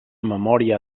memòria